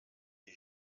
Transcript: des